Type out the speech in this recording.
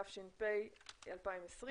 התש"ף-2020,